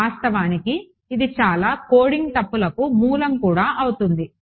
వాస్తవానికి ఇది చాలా కోడింగ్ తప్పులకు మూలం కూడా అవుతుంది